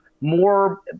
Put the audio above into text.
more